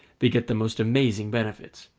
beget the most amazing benefits.